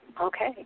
okay